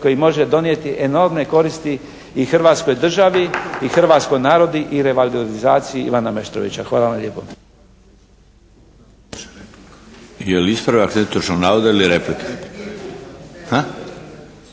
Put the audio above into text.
koji može donijeti enormne koristi i Hrvatskoj državi i hrvatskom narodu i revalorizaciji Ivana Meštrovića. Hvala vam lijepo.